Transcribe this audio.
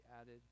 added